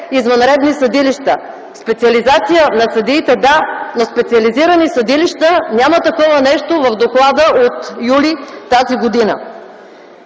извънредни съдилища. Специализация на съдиите – да, но специализирани съдилища – няма такова нещо в доклада от м. юли т.г.